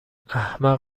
احمق